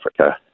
Africa